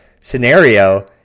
scenario